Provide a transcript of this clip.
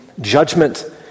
judgment